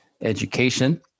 Education